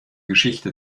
geschichte